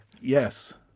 Yes